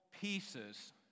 pieces